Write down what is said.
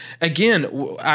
Again